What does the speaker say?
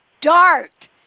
Dart